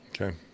Okay